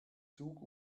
zug